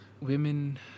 women